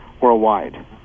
worldwide